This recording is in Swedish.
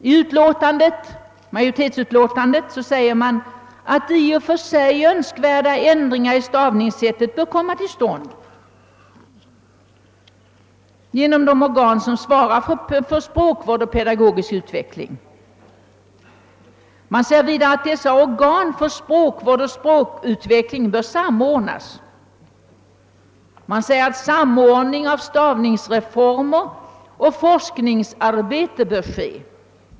I majoritetsutlåtandet sägs att i och för sig önskvärda ändringar av stavningssättet bör komma till stånd genom de organ som svarar för språkvård och pedagogisk utveckling. Man säger vidare att dessa organ för språkvård och utveckling bör samordnas och att samordning av stavningsreformer och forskningsarbete bör ske.